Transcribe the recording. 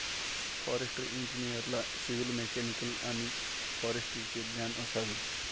forestry इंजिनिअरला civil, mechanical आणि फॉरेस्ट्रीचे ज्ञान असावे